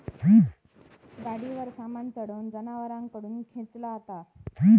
गाडीवर सामान चढवून जनावरांकडून खेंचला जाता